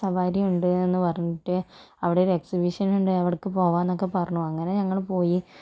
സവാരി ഉണ്ട് എന്ന് പറഞ്ഞിട്ട് അവിടൊരു എക്സിബിഷനുണ്ട് അവിടേക്ക് പോകാമെന്നൊക്കെ പറഞ്ഞു അങ്ങനെ ഞങ്ങൾ പോയി